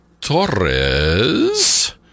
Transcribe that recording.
Torres